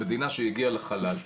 מדינה שהגיעה לחלל,